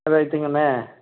ரைட்டுங்கண்ணே